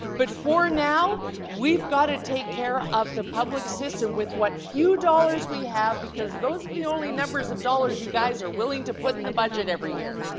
but for now we've got to take care of the public system with what few dollars we have because those are the only numbers of dollars you guys are willing to put in the budget every year.